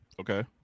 Okay